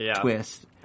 twist